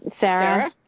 Sarah